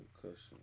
Concussion